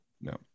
No